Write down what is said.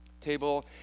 table